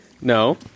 No